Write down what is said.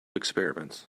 experiments